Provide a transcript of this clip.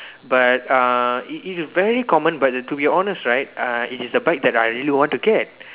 but uh it it's very common but to be honest right uh it is the bike that I really want to get